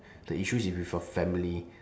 the issues is with your family